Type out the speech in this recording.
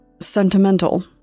sentimental